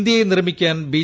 ഇന്ത്യയെ നിർമ്മിക്കാൻ ബി